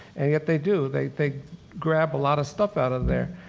and yet they do, they they grab a lot of stuff out of there.